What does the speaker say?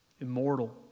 immortal